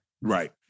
Right